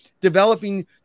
developing